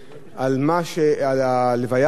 על ההלוויה הגדולה,